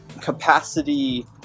capacity